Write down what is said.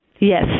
Yes